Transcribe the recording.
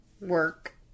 work